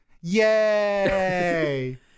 Yay